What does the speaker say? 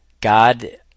God